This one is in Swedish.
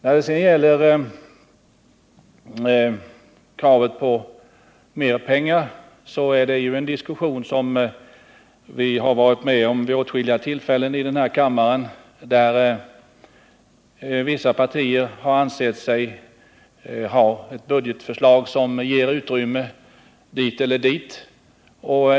När det sedan gäller kravet på mera pengar vill jag säga att det är en diskussion som förts åtskilliga gånger här i kammaren; vissa partier anser sig ha ett budgetförslag som ger utrymme till det ena eller det andra.